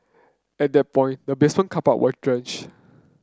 at that point the basement car park were drench